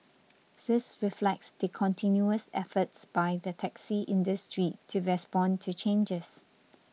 this reflects the continuous efforts by the taxi industry to respond to changes